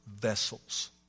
vessels